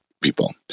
people